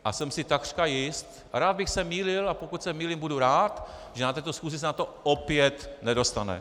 A jsem si takřka jist a rád bych se mýlil a pokud se mýlím, budu rád , že na této schůzi se na to opět nedostane.